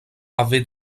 avaient